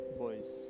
boys